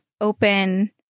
open